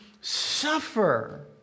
suffer